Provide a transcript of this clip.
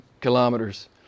kilometers